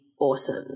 awesome